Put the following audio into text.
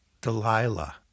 Delilah